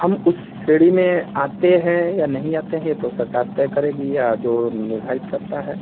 हम उस श्रेणी में आते हैं या नहीं आते हैं यह तो सरकार तय करेगी या जो निर्धारित करता है